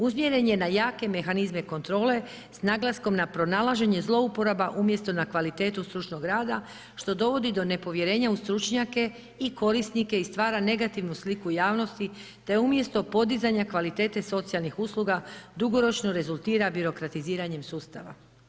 Usmjeren je na jake mehanizme kontrole s naglaskom na pronalaženje zlouporaba umjesto na kvalitetu stručnog rada što dovodi do nepovjerenja u stručnjake i korisnike i stvara negativnu sliku u javnosti te umjesto podizanja kvalitete socijalnih usluga, dugoročno rezultira birokratiziranjem sustava.